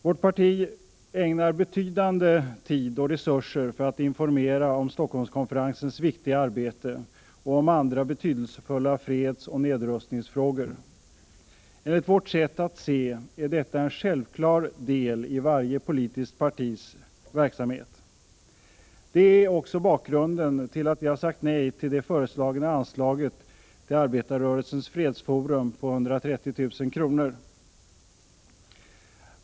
Vårt parti ägnar betydande tid och resurser för att informera om Stockholmskonferensens viktiga arbete och om andra betydelsefulla freds och nedrustningsfrågor. Enligt vårt sätt att se är detta en självklar del i varje politiskt partis verksamhet. Detta är också bakgrunden till att vi har sagt nej till det föreslagna anslaget till Arbetarrörelsens fredsforum på 130 000 kr.